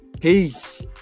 Peace